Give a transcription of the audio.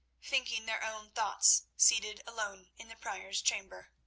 thinking their own thoughts, seated alone in the prior's chamber.